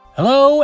Hello